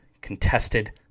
contested